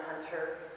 Hunter